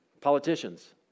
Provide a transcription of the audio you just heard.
politicians